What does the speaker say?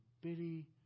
bitty